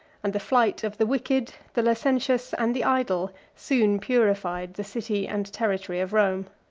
and the flight of the wicked, the licentious, and the idle, soon purified the city and territory of rome.